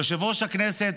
יושב-ראש הכנסת,